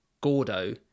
Gordo